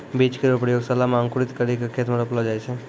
बीज केरो प्रयोगशाला म अंकुरित करि क खेत म रोपलो जाय छै